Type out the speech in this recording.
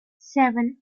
seven